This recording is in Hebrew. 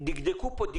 דקדקו פה,